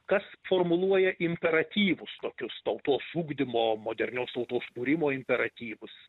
kas formuluoja imperatyvus tokius tautos ugdymo modernios tautos kūrimo imperatyvus